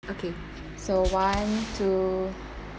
okay so one two